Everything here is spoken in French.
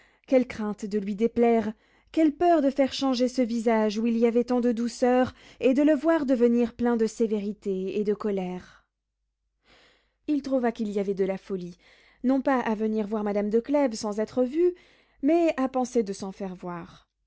quelle crainte de lui déplaire quelle peur de faire changer ce visage où il y avait tant de douceur et de le voir devenir plein de sévérité et de colère il trouva qu'il y avait eu de la folie non pas à venir voir madame de clèves sans être vu mais à penser de s'en faire voir